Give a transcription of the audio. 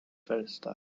فرستاد